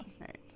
Right